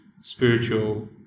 spiritual